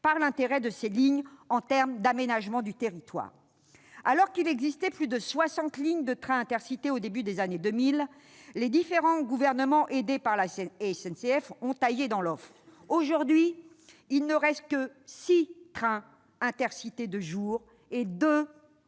par l'intérêt de ces lignes en termes d'aménagement du territoire. Alors qu'il existait plus de soixante lignes de trains Intercités au début des années 2000, les différents gouvernements, aidés par la SNCF, ont taillé dans l'offre. Aujourd'hui, il ne reste que six trains Intercités de jour et deux trains